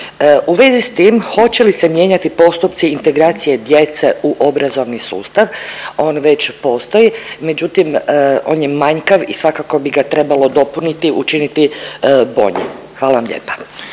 U vezi s tim hoće li se mijenjati postupci integracije djece u obrazovni sustav on već postoji, međutim on je manjkav i svakako bi ga trebalo dopuniti, učiniti boljim. Hvala vam lijepa.